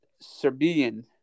Serbian